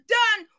done